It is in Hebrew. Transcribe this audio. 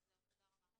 זהו, תודה רבה.